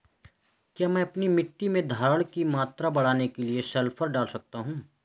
क्या मैं अपनी मिट्टी में धारण की मात्रा बढ़ाने के लिए सल्फर डाल सकता हूँ?